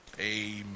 amen